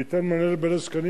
ניתן מענה לבעלי הזקנים.